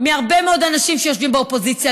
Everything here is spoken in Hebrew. מהרבה מאוד אנשים שיושבים באופוזיציה,